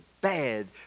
bad